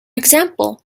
example